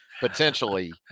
potentially